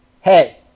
Hey